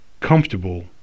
comfortable